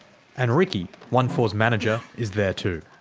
and ricky, onefour's manager, is there too.